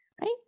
right